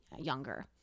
younger